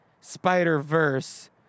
Spider-Verse